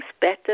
better